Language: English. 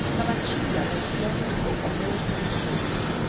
tabatinga has long been a military post,